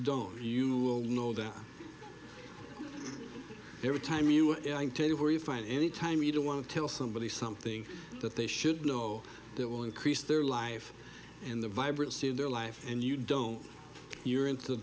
't you know that every time you tell you where you find any time you don't want to tell somebody something that they should know that will increase their life in the vibrancy of their life and you don't you're into the